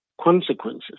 consequences